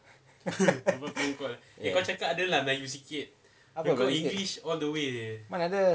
ya kenapa seh mana ada